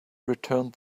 returned